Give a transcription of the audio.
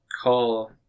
call